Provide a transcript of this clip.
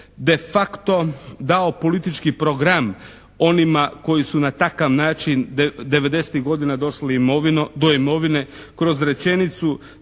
de facto dao politički program onima koji su na takav način devedesetih došli do imovine kroz rečenicu